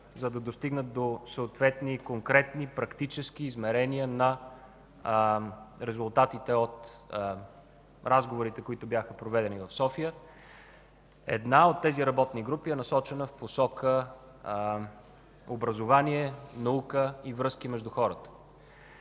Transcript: за да достигнат до съответни конкретни, практически измерения на резултатите от разговорите, които бяха проведени в София. Една от тези работни групи е насочена в посока образование, наука и връзки между хората.